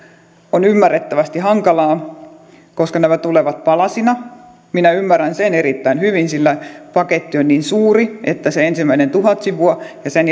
on ymmärrettävästi hankalaa koska nämä tulevat palasina minä ymmärrän sen erittäin hyvin sillä paketti on niin suuri että se ensimmäinen tuhat sivua ja sen